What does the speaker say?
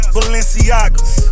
Balenciagas